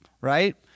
Right